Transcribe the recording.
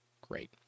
great